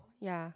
ya